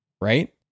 right